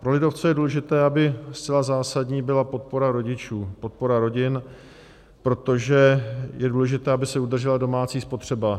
Pro lidovce je důležité, aby zcela zásadní byla podpora rodičů, podpora rodin, protože je důležité, aby se udržela domácí spotřeba.